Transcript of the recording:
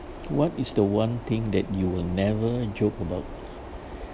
what is the one thing that you will never joke about